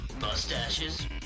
Mustaches